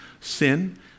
sin